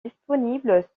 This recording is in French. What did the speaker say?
disponibles